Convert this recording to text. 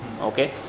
okay